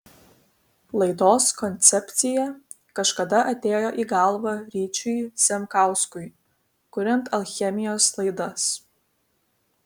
laidos koncepcija kažkada atėjo į galvą ryčiui zemkauskui kuriant alchemijos laidas